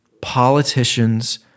politicians